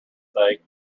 sake